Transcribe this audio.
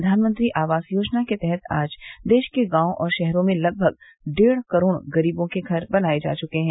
प्रधानमंत्री आवास योजना के तहत आज देश के गांव और शहरों में लगभग डेढ़ करोड़ गरीबों के घर बनाए जा चुके हैं